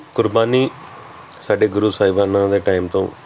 ਕੁਰਬਾਨੀ ਸਾਡੇ ਗੁਰੂ ਸਾਹਿਬਾਨਾਂ ਦੇ ਟਾਈਮ ਤੋਂ